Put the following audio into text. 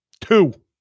Two